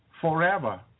forever